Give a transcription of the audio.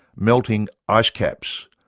melting ice caps,